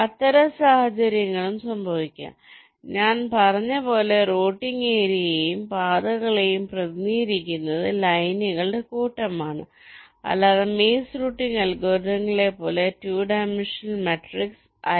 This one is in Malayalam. അത്തരം സാഹചര്യങ്ങളും സംഭവിക്കാം ഞാൻ പറഞ്ഞതുപോലെ റൂട്ടിംഗ് ഏരിയയെയും പാതകളെയും പ്രതിനിധീകരിക്കുന്നത് ലൈനുകളുടെ കൂട്ടമാണ് അല്ലാതെ മേസ് റൂട്ടിംഗ് അൽഗോരിതങ്ങളിലെ പോലെ 2 ഡൈമൻഷണൽ മാട്രിക്സ് ആയിട്ടല്ല